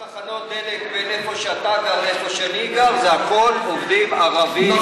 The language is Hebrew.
לפחות בתחנות דלק בין איפה שאתה גר לאיפה שאני גר זה הכול עובדים ערבים.